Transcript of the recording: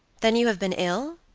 then you have been ill?